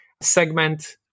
segment